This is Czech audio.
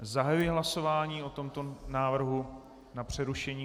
Zahajuji hlasování o tomto návrhu na přerušení.